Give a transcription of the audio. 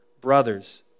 Brothers